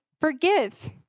forgive